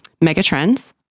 megatrends